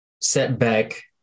setback